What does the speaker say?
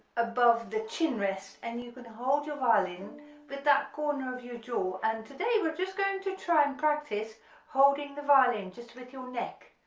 above the chin rest and you can hold your violin with that corner of your jaw and today we're just going to try and practice holding the violin just with your neck,